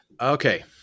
Okay